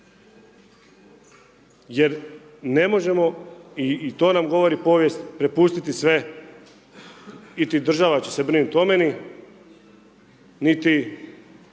jer ne možemo i to nam govori povijest prepust sve niti država će se brinuti o meni niti